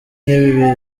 n’ibi